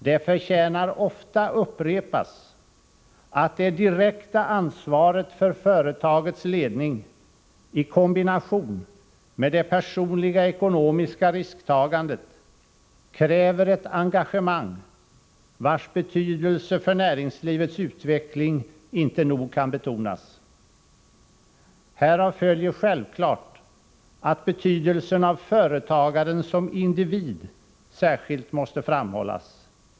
Det förtjänar ofta upprepas att det direkta ansvaret för företagets ledning i kombination med det personliga ekonomiska risktagandet kräver ett engagemang, vars betydelse för näringslivets utveckling inte nog kan betonas. Härav följer självklart att betydelsen av företagaren som individ särskilt måste framhållas.